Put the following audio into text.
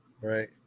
Right